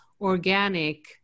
organic